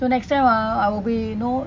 so next time ah I'll be no